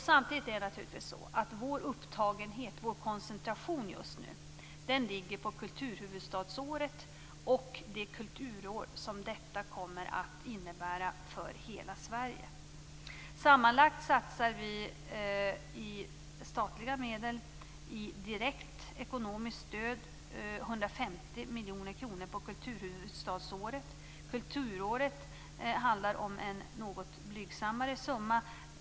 Samtidigt är det naturligtvis så att vår upptagenhet, vår koncentration, just nu ligger på kulturhuvudstadsåret och det kulturår som detta kommer att innebära för hela Sverige. Sammanlagt satsar vi i statliga medel i direkt ekonomiskt stöd 150 miljoner kronor på kulturhuvudstadsåret. I fråga om kulturåret handlar det om en något blygsammare summa.